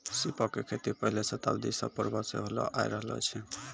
सीपो के खेती पहिले शताब्दी ईसा पूर्वो से होलो आय रहलो छै